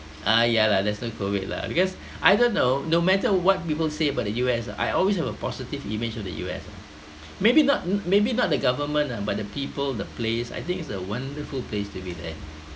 ah ya lah there's no COVID lah because either no no matter what people say about the U_S ah I always have a positive image of the U_S ah maybe not maybe not the government ah but the people the place I think it's a wonderful place to be there